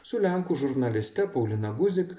su lenkų žurnaliste paulina guzik